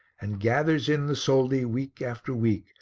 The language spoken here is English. and gathers in the soldi week after week,